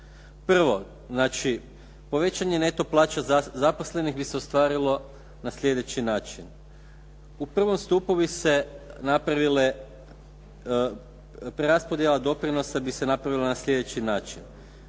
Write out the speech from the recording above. Prvo, znači povećanje neto plaća zaposlenih bi se ostvarilo na sljedeći način. U prvom stupu bi se napravile, preraspodjela doprinosa bi se napravila na sljedeći način.